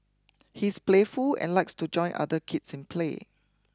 he's playful and likes to join other kids in play